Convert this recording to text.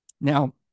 Now